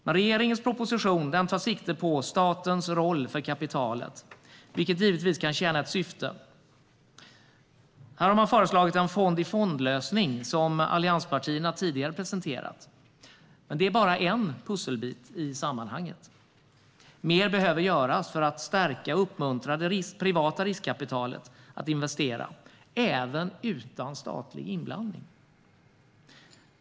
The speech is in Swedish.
Men regeringens proposition tar sikte på statens roll för kapitalet, vilket givetvis kan tjäna ett syfte. Man har föreslagit en fond-i-fond-lösning som allianspartierna tidigare presenterat. Men det är bara en pusselbit i sammanhanget. Mer behöver göras för att stärka och uppmuntra det privata riskkapitalet att investera - även utan statlig inblandning.